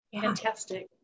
Fantastic